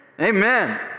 Amen